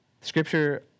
Scripture